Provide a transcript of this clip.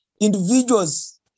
Individuals